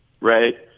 right